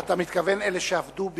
אתה מתכוון לאלה שעבדו בישראל?